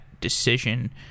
decision